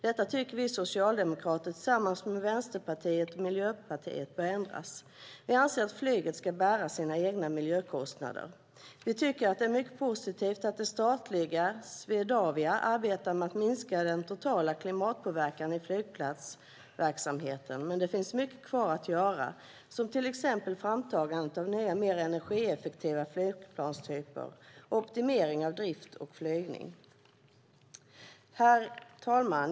Det tycker vi socialdemokrater tillsammans med Vänsterpartiet och Miljöpartiet bör ändras. Vi anser att flyget ska bära sina egna miljökostnader och tycker att det är mycket positivt att det statliga Swedavia arbetar med att minska den totala klimatpåverkan i flygplatsverksamheten. Men det finns mycket kvar att göra, till exempel framtagandet av nya, mer energieffektiva flygplanstyper och optimering av drift och flygning. Herr talman!